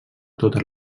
totes